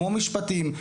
כמו משפטים,